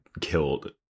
killed